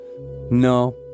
No